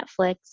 Netflix